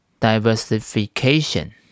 diversification